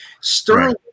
Sterling